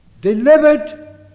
delivered